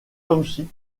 township